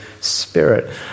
Spirit